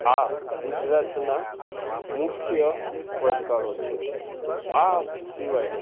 આ ગુજરાતના મુખ્ય પડકારો છે આ સિવાયના